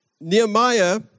Nehemiah